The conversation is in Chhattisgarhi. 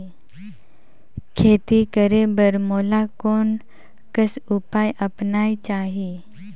खेती करे बर मोला कोन कस उपाय अपनाये चाही?